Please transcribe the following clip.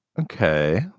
okay